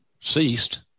ceased